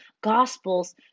gospels